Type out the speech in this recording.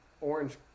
orange